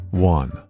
One